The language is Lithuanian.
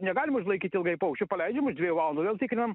negalim užlaikyt ilgai paukščių paleidžiam už dviejų valandų vėl tikrinam